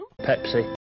Pepsi